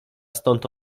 stąd